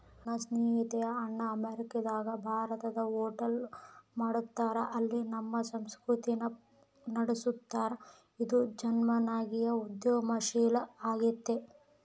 ನನ್ನ ಸ್ನೇಹಿತೆಯ ಅಣ್ಣ ಅಮೇರಿಕಾದಗ ಭಾರತದ ಹೋಟೆಲ್ ಮಾಡ್ತದರ, ಅಲ್ಲಿ ನಮ್ಮ ಸಂಸ್ಕೃತಿನ ನಡುಸ್ತದರ, ಇದು ಜನಾಂಗೀಯ ಉದ್ಯಮಶೀಲ ಆಗೆತೆ